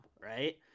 right